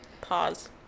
Pause